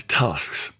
tasks